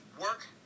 work